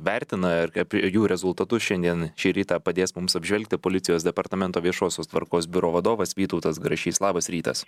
vertina ar kap jų rezultatus šiandien šį rytą padės mums apžvelgti policijos departamento viešosios tvarkos biuro vadovas vytautas grašys labas rytas